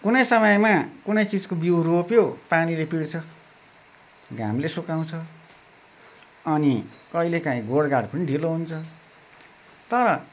कुनै समयमा कुनै चिजको बिउ रोप्यो पानीले पिट्छ घामले सुकाउँछ अनि कहिलेकाहीँ गोडगाड पनि ढिलो हुन्छ तर